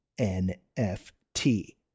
NFT